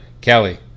Kelly